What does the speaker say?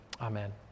amen